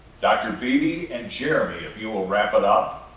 dr. beeby and jeremy, if you will wrap it up,